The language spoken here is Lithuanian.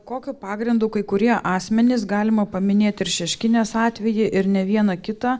kokiu pagrindu kai kurie asmenys galima paminėti ir šeškinės atvejį ir ne vieną kitą